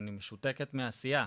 אני משותקת מעשייה".